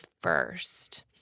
first